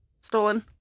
stolen